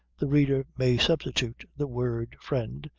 the reader may substitute the word friend,